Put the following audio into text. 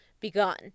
begun